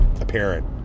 apparent